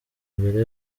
imbere